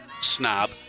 snob